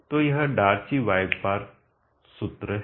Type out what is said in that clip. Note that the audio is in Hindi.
तो यह डार्सी वायकबार्र्क सूत्र है